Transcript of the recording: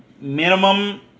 minimum